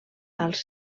als